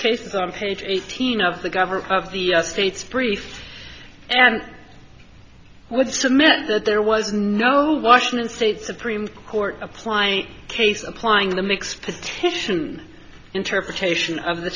cases on page eighteen of the governor of the states brief and i would submit that there was no washington state supreme court applying case applying the mix petition interpretation of the